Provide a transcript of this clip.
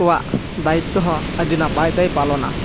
ᱠᱚᱣᱟᱜ ᱫᱟᱭᱤᱛᱚ ᱦᱚᱸ ᱟᱹᱰᱤ ᱱᱟᱯᱟᱭ ᱛᱮᱭ ᱯᱟᱞᱚᱱᱟ